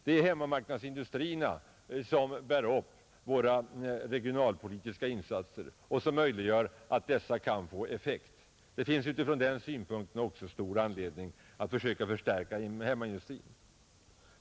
Det är hemmamarknadsindustrierna som bär upp våra regionalpolitiska insatser och möjliggör att dessa kan få effekt. Det finns även ur den synpunkten stor anledning att förstärka hemmaindustrin.